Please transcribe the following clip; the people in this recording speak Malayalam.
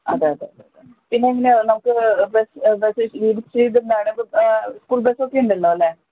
അതെ അതെ പിന്നെ എങ്ങനെയാണ് നമുക്ക് ബസ്സ് സ്കൂൾ ബസ്സൊക്കെ ഉണ്ടല്ലോ അല്ലെ